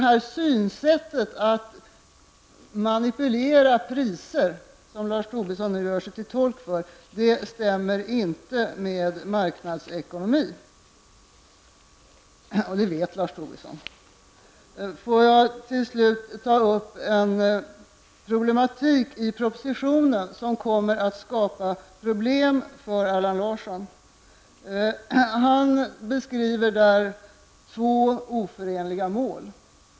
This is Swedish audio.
Det synsätt som Lars Tobisson nu gör sig till tolk för, att man skall kunna manipulera med priserna, stämmer inte med marknadsekonomin, och det vet Jag vill till sist ta upp en problematik i propositionen, en problematik som kommer att skapa problem för Allan Larsson. Han beskriver där två oförenliga mål.